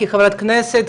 כחברת כנסת,